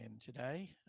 today